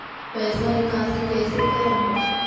पैसवा निकासी कैसे कर हो?